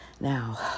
Now